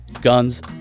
guns